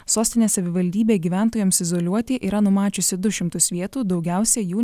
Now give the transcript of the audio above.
sostinės savivaldybė gyventojams izoliuoti yra numačiusi du šimtus vietų daugiausia jų